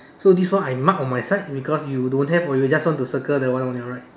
so this one I mark on my side because you don't have or you just want to circle the one on your right